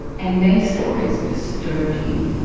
and their stories disturbed him.